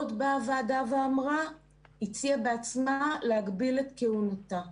עוד באה הוועדה והציעה בעצמה להגביל את כהונתה.